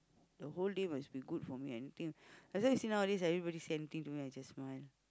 the whole day must be good for me and anything that's why you see nowadays when anybody say anything to me I just smile